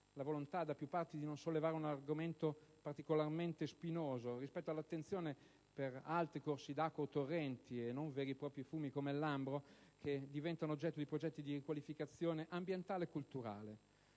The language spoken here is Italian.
la volontà da più parti di non sollevare un argomento particolarmente spinoso rispetto all'attenzione per altri corsi d'acqua e torrenti (e non veri e propri fiumi come il Lambro), che diventano oggetto di progetti di riqualificazione ambientale e culturale.